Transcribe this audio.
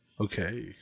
Okay